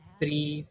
three